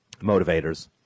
motivators